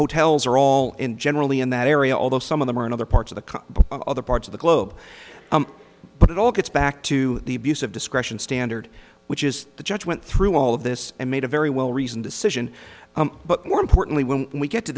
hotels are all in generally in that area although some of them are in other parts of the other parts of the globe but it all gets back to the abuse of discretion standard which is the judge went through all of this and made a very well reasoned decision but more importantly when we get to